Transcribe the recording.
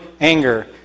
anger